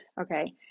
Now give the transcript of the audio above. okay